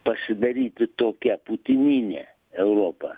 pasidaryti tokia putininė europa